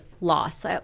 loss